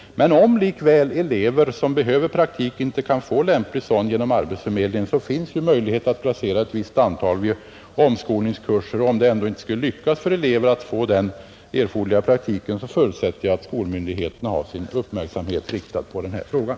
Men om likväl elever som behöver praktik inte kan få lämplig sådan genom arbetsförmedlingen, finns det möjlighet att placera ett visst antal vid omskolningskurser. Om det ändå inte skulle lyckas för elever att få den erforderliga praktiken, förutsätter jag att skolmyndigheterna har sin uppmärksamhet riktad på den här frågan.